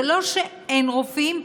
זה לא שאין רופאים,